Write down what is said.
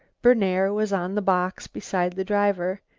berner was on the box beside the driver,